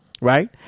Right